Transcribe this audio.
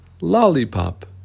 Lollipop